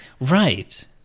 Right